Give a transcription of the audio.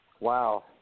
Wow